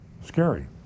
scary